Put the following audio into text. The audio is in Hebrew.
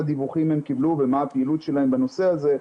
דיווחים הם קיבלו ומה הפעילות שלהן בנושא הזה,